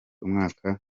umwaka